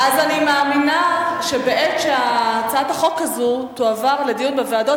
אז אני מאמינה שבעת שהצעת החוק הזו תועבר לדיון בוועדות,